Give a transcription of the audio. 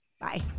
Bye